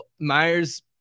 Myers